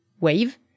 wave